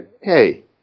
hey